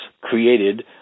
created